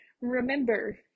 Remember